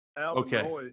okay